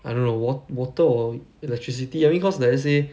I don't know wa~ water or electricity I mean cause like I say